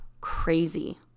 Crazy